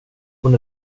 hon